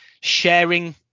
sharing